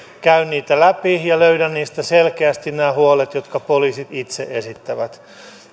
käyn sitä läpi ja löydän nämä sieltä selkeästi nämä huolet jotka poliisit itse esittävät